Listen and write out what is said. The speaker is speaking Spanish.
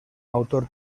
autor